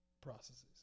processes